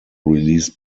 released